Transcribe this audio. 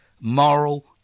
moral